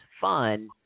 fun